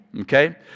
Okay